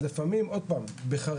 אז לפעמים בחריגות